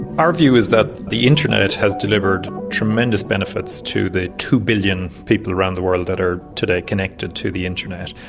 our view is that the internet has delivered tremendous benefits to the two billion people around the world that are today connected to the internet,